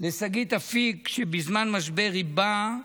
לשגית אפיק, שבזמן משבר היא באה,